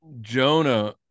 Jonah